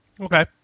Okay